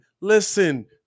listen